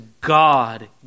God